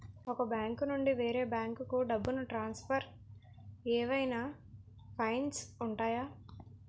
ఒక బ్యాంకు నుండి వేరే బ్యాంకుకు డబ్బును ట్రాన్సఫర్ ఏవైనా ఫైన్స్ ఉంటాయా?